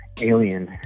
alien